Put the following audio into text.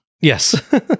Yes